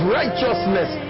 righteousness